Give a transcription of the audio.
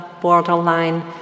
borderline